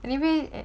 anyway